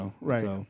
right